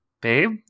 Babe